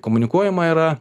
komunikuojama yra